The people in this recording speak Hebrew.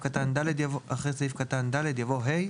בהתאם לסמכותו לפי דין,